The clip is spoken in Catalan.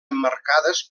emmarcades